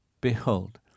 Behold